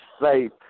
safe